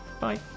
bye